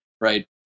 right